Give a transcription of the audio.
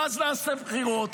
ואז נעשה בחירות.